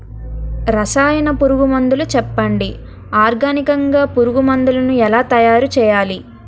రసాయన పురుగు మందులు చెప్పండి? ఆర్గనికంగ పురుగు మందులను ఎలా తయారు చేయాలి?